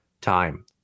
time